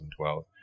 2012